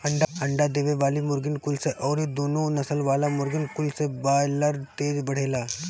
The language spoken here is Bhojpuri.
अंडा देवे वाली मुर्गीन कुल से अउरी दुनु नसल वाला मुर्गिन कुल से बायलर तेज बढ़ेला